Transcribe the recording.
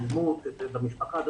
אלימות במשפחה.